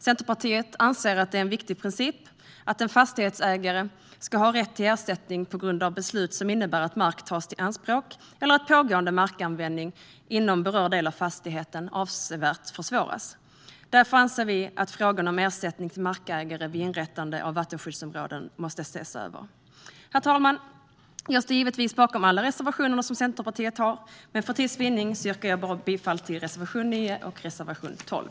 Centerpartiet anser att det är en viktig princip att en fastighetsägare ska ha rätt till ersättning på grund av beslut som innebär att mark tas i anspråk eller att pågående markanvändning inom berörd del av fastigheten avsevärt försvåras. Därför anser vi att frågan om ersättning till markägare vid inrättande av vattenskyddsområden måste ses över. Herr talman! Jag står givetvis bakom alla reservationer som Centerpartiet har, men för tids vinnande yrkar jag bifall bara till reservation 9 och reservation 12.